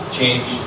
change